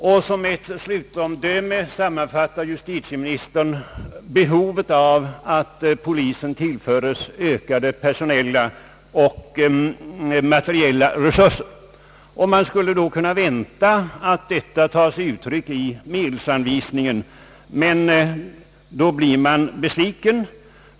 Såsom ett slutomdöme sammanfattar justitieministern behovet av att polisen tillföres ökade personella och materiella resurser. Man skulle då kunna vänta att detta konstaterande tar sig uttryck i medelsanvisningen, men i det fallet blir man besviken.